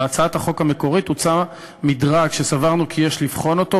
בהצעת החוק המקורית הוצע מדרג שסברנו כי יש לבחון אותו,